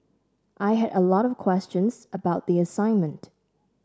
I had a lot of questions about the assignment